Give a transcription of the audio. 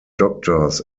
doctors